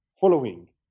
following